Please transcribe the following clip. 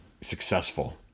successful